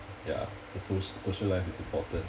ya soc~ social life is important